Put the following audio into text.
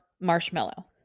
marshmallow